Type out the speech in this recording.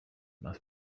must